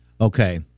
Okay